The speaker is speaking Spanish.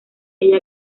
ella